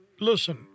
listen